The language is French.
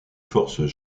forces